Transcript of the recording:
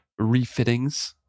refittings